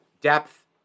depth